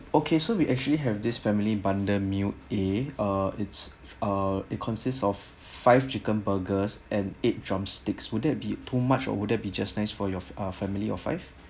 okay so we actually have this family bundle meal uh it's uh it consists of five chicken burgers and eight drumsticks would that be too much or would that be just nice for you ah family of five